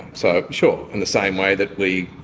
so sure, in the same way that we